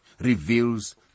reveals